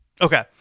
Okay